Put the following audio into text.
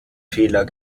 fehler